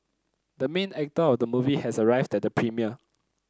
the main actor of the movie has arrived at the premiere